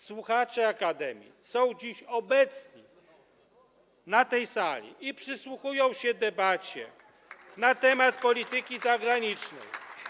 Słuchacze akademii są dziś obecni na tej sali i przysłuchują się debacie na temat polityki zagranicznej.